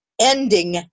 ending